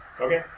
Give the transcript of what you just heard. Okay